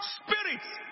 spirits